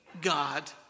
God